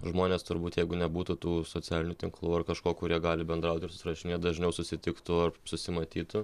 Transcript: žmonės turbūt jeigu nebūtų tų socialinių tinklų ar kažko kur jie gali bendraut ir susirašinėt dažniau susitiktų ar susimatytų